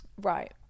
right